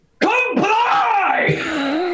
Comply